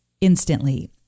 instantly